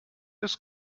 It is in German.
ist